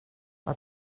vad